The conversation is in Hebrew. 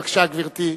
בבקשה, גברתי.